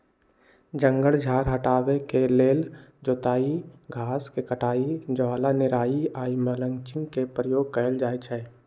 जङगल झार हटाबे के लेल जोताई, घास के कटाई, ज्वाला निराई आऽ मल्चिंग के प्रयोग कएल जाइ छइ